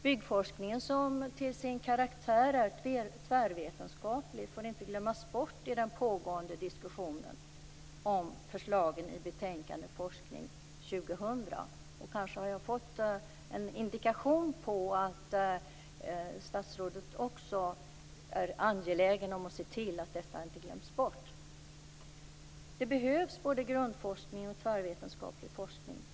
Byggforskningen är till sin karaktär tvärvetenskaplig, och den får inte glömmas bort i den pågående diskussionen om förslagen i betänkandet Forskning 2000. Kanske har jag fått en indikation på att statsrådet också är angelägen om att se till att detta inte glöms bort. Det behövs både grundforskning och tvärvetenskaplig forskning.